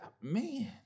man